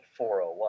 401